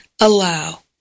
allow